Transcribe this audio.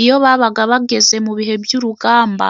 iyo babaga bageze mu bihe by'urugamba.